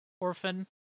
Orphan